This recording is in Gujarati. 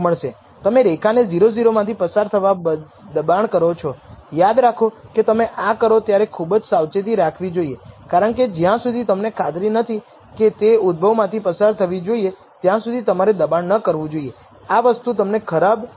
તેથી આપણે એકતરફી પરીક્ષણ કરીએ છીએ જો આપણે 5 ટકા જેટલું મહત્વનું સ્તર પસંદ કરીએ તો આપણે F વિતરણમાંથી ઉપલા નિર્ણાયક મૂલ્યને 1 અને n 2 ડિગ્રીઝ ઓફ ફ્રીડમ અને મહત્ત્વના 5 ટકાના સ્તર સાથે પસંદ કરીએ છીએ